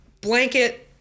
blanket